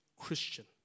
Christian